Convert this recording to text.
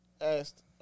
asked